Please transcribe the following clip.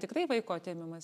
tikrai vaiko atėmimas